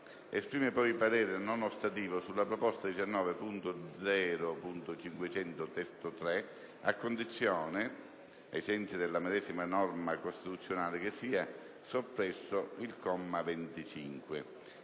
Esprime poi parere non ostativo sulla proposta 19.0.500 (testo 3) a condizione, ai sensi della medesima norma costituzionale, che sia soppresso il comma 25.